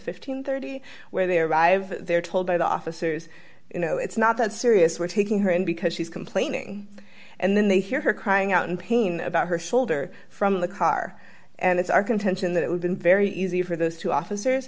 and thirty where they arrive they're told by the officers you know it's not that serious we're taking her in because she's complaining and then they hear her crying out in pain about her shoulder from the car and it's our contention that we've been very easy for those two officers